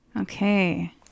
okay